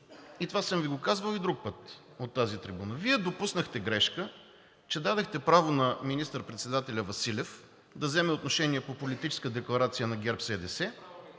и това съм Ви го казвал и друг път от тази трибуна. Вие допуснахте грешка, че дадохте право на министър-председателя Василев да вземе отношение по политическа декларация на ГЕРБ-СДС,